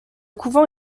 couvent